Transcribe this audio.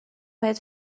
بهت